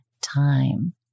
time